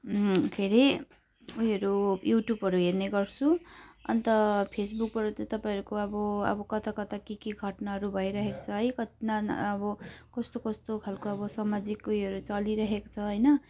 के अरे उयोहरू युट्युबहरू हेर्ने गर्छु अन्त फेसबुकबाट चाहिँ तपाईँहरूको अब अब कता कता के के घटनाहरू भइरहेको छ है कति नान अब कस्तो कस्तो खालको अब सामाजिक उयोहरू चलिरहेको होइन